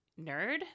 nerd